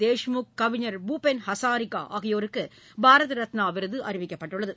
தேஷ்முக் கவிஞர் பூபென் ஹஸாரிகா ஆகியோருக்கு பாரத ரத்னா விருது அறிவிக்கப்பட்டுள்ளது